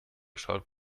schaut